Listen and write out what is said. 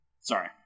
Sorry